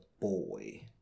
boy